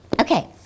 Okay